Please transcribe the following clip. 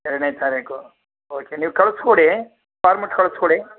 ಎರಡನೇ ತಾರೀಖು ಓಕೆ ನೀವು ಕಳ್ಸಿ ಕೊಡಿ ಫಾರ್ಮೇಟ್ ಕಳ್ಸ್ಕೊಡಿ